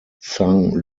zhang